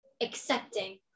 accepting